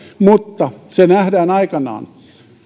mutta se nähdään aikanaan